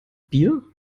bier